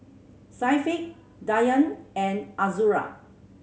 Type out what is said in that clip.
Syafiq Dayang and Azura